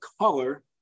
color